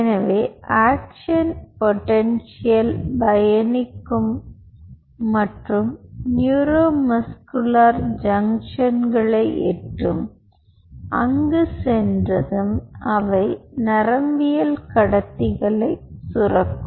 எனவே action potential பயணிக்கும் மற்றும் நியூரோ மஸ்குலர் ஜங்ஷன்களை எட்டும் அங்கு சென்றதும் அவை நரம்பியக்கடத்திகளை சுரக்கும்